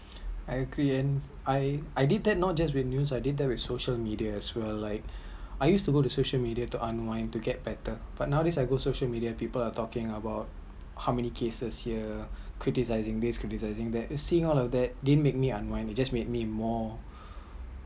I agreed and I I did take note just with news I did deal with social media as well like I used to go social media to unwind to get better but nowadays I go social media people are talking about how many cases here criticising this criticising that you seeing all of that didn’t make me unwind just make me more